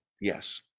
yes